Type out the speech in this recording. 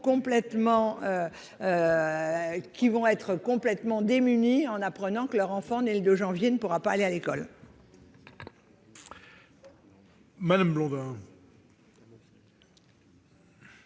trouvent pas complètement démunies en apprenant que leur enfant né en janvier ne pourra pas entrer à l'école.